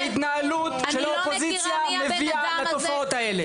ההתנהלות של האופוזיציה מביאה לתופעות האלה.